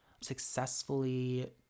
successfully